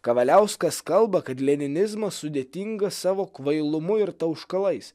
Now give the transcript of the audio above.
kavaliauskas kalba kad leninizmas sudėtinga savo kvailumu ir tauškalais